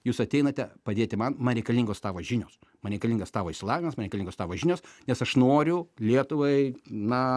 jūs ateinate padėti man man reikalingos tavo žinios man reikalingas tavo išsilavinimas man reikalingos tavo žinios nes aš noriu lietuvai na